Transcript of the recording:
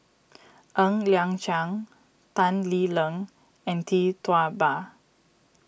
Ng Liang Chiang Tan Lee Leng and Tee Tua Ba